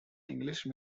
english